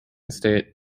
state